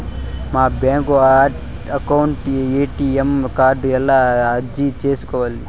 మా bank account కు ATM card ఎలా అర్జీ సేసుకోవాలి?